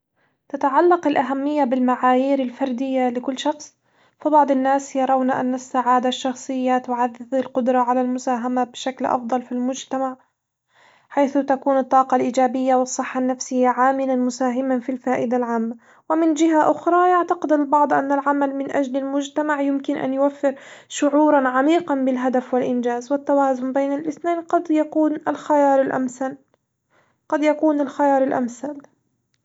تتعلق الأهمية بالمعايير الفردية لكل شخص، فبعض الناس يرون أن السعادة الشخصية تعزز القدرة على المساهمة بشكل أفضل في المجتمع، حيث تكون الطاقة الإيجابية والصحة النفسية عاملًا مساهمًا في الفائدة العامة، ومن جهة أخرى يعتقد البعض أن العمل من أجل مجتمع يمكن أن يوفر شعورًا عميقًا بالهدف والإنجاز، والتوازن بين الاثنين قد يكون الخيار الأمثل قد يكون الخيار الأمثل.